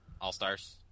All-Stars